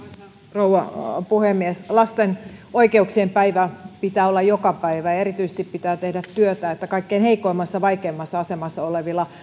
rouva puhemies lasten oikeuksien päivä pitää olla joka päivä ja erityisesti pitää tehdä työtä niin että kaikkein heikoimmassa vaikeimmassa asemassa olevilla